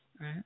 right